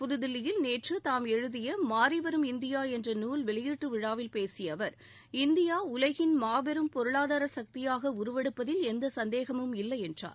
புதுதில்லியில் நேற்று தாம் எழுதிய மாறிவரும் இந்தியா என்ற நூல் வெளியீட்டு விழாவில் பேசிய அவர் இந்தியா உலகின் மாபெரும் பொருளாதார சக்தியாக உருவெடுப்பதில் எந்த சந்தேகமும் இல்லை என்றார்